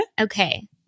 Okay